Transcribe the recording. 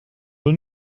wohl